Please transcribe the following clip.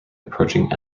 approaching